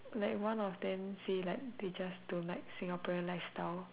like one of them say like they just don't like Singaporean lifestyle